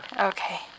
Okay